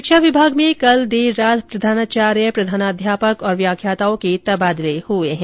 शिक्षा विभाग में कल देर रात प्रधानाचार्य प्रधानाध्यापक और व्याख्याताओं के तबादले हुए हैं